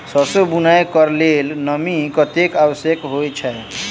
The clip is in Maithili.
सैरसो बुनय कऽ लेल नमी कतेक आवश्यक होइ छै?